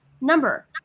number